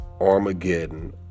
Armageddon